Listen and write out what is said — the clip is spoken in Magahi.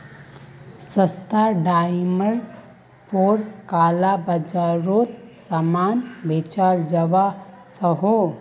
सस्ता डामर पोर काला बाजारोत सामान बेचाल जवा सकोह